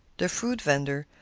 the fruit vender,